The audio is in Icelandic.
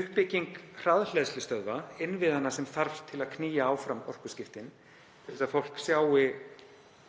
Uppbygging hraðhleðslustöðva, innviðanna sem þarf til að knýja áfram orkuskiptin til þess að fólk sjái